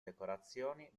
decorazioni